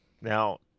Now